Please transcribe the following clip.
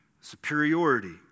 superiority